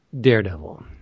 Daredevil